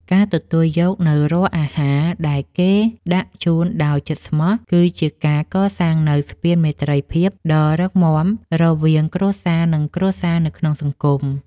ការទទួលយកនូវរាល់អាហារដែលគេដាក់ជូនដោយចិត្តស្មោះ គឺជាការសាងនូវស្ពានមេត្រីភាពដ៏រឹងមាំរវាងគ្រួសារនិងគ្រួសារនៅក្នុងភូមិ។